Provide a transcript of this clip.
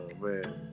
man